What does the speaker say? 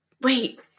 Wait